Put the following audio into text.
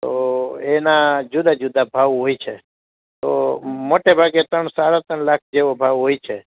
તો એના જુદા જુદા ભાવ હોય છે તો મોટે ભાગે ત્રણ સાડા ત્રણ લાખ જેવો ભાવ હોય છે